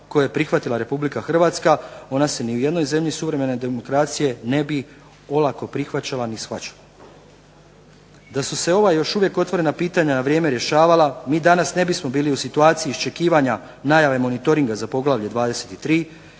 koje je prihvatila RH, ona se ni u jednoj zemlji suvremene demokracije ne bi olako prihvaćala ni shvaćala. Da su se ova i još uvijek otvorena pitanja na vrijeme rješavala mi danas ne bismo bili u situaciji iščekivanja najave monitoringa za poglavlje 23,